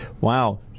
wow